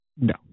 No